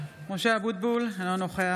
(קוראת בשמות חברי הכנסת) משה אבוטבול, אינו נוכח